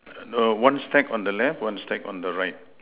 err one stack on the left one stack on the right